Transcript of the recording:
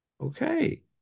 Okay